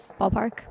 Ballpark